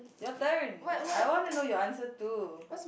your turn I wanna know your answer too